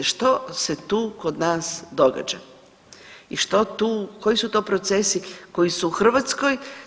Što se tu kod nas događa i što tu, koji su to procesi koji su u Hrvatskoj.